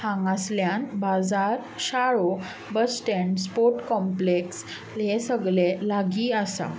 हांगासल्यान बाजार शाळो बस स्टँड्स स्पोट कॉप्लॅक्स हे सगले लागीं आसा